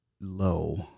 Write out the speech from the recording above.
low